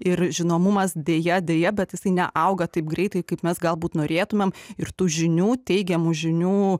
ir žinomumas deja deja bet jisai neauga taip greitai kaip mes galbūt norėtumėm ir tų žinių teigiamų žinių